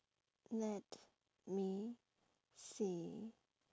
let me see